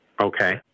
Okay